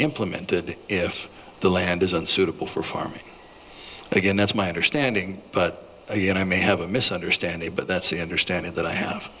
implemented if the land isn't suitable for farming again that's my understanding but again i may have a misunderstanding but that's the understanding that i have